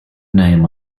name